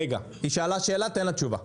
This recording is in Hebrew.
רגע, היא שאלה שאלה, תן לה תשובה.